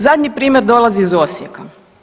Zadnji primjer dolazi iz Osijeka.